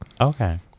okay